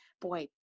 boy